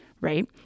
right